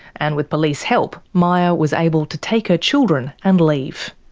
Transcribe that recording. and with police help maya was able to take her children and leave.